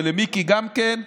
ולמיקי גם כן,